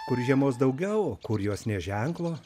kur žiemos daugiau o kur jos nė ženklo